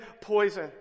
poison